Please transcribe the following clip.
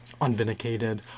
unvindicated